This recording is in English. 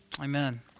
Amen